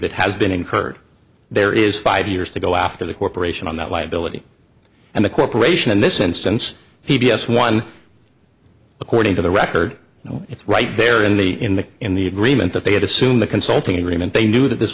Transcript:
that has been incurred there is five years to go after the corporation on that liability and the corporation in this instance he vs one according to the record and it's right there in the in the in the agreement that they had assumed the consulting agreement they knew that this